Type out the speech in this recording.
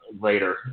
later